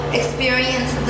experience